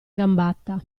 gambata